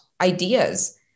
ideas